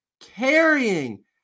carrying